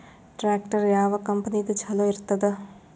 Tractor ಯಾವ ಕಂಪನಿದು ಚಲೋ ಇರತದ?